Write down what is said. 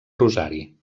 rosari